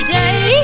day